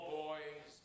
boys